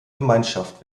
gemeinschaft